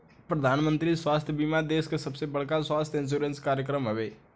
प्रधानमंत्री स्वास्थ्य बीमा देश के सबसे बड़का स्वास्थ्य इंश्योरेंस कार्यक्रम हवे